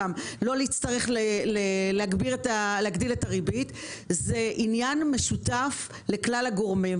לא נצטרך להגדיל את הריבית זה עניין משותף לכלל הגורמים.